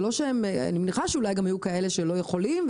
אני מניחה שהיו כאלה שלא יכולים,